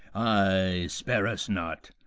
ay, spare us not.